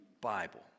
Bible